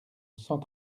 cent